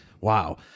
wow